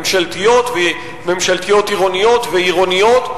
ממשלתיות וממשלתיות-עירוניות ועירוניות,